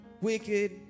wicked